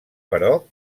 però